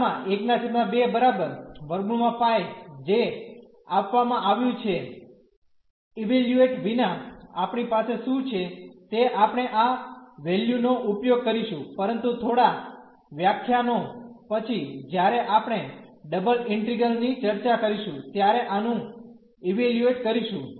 તેથી Γ12 √π જે આપવામાં આવ્યું છે ઇવેલ્યુએટ વિના આપણી પાસે શું છે તે આપણે આ વેલ્યુ નો ઉપયોગ કરીશું પરંતુ થોડા વ્યાખ્યાનો પછી જ્યારે આપણે ડબલ ઇન્ટિગ્રેલ્સ ની ચર્ચા કરીશું ત્યારે આનું ઇવેલ્યુએટ કરીશું